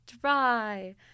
dry